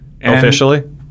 Officially